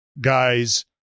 guys